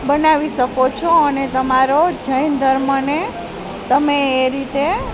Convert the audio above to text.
બનાવી શકો છો અને તમારો જૈન ધર્મને તમે એ રીતે